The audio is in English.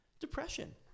depression